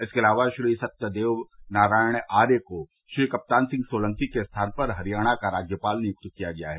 इसके अलावा श्री सत्यदेव नारायण आर्य को श्री कप्तान सिंह सोलंकी के स्थान पर हरियाणा का राज्यपाल नियुक्त किया गया है